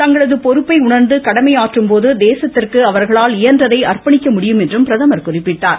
தங்களது பொறுப்பை உண்ந்து கடமையாற்றும்போது தேசத்திற்கு அவர்களால் இயன்றதை அர்ப்பணிக்க முடியும் என்று பிரதமர் குறிப்பிட்டார்